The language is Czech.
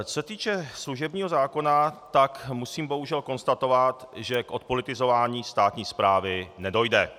Co se týče služebního zákona, tak musím bohužel konstatovat, že k odpolitizování státní správy nedojde.